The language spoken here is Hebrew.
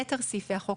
יתר סעיפי החוק,